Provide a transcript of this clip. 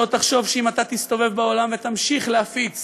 שלא תחשוב שאם תסתובב בעולם ותמשיך להפיץ